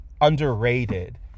underrated